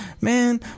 Man